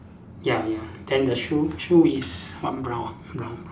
ya ya then the shoe shoe is one brown brown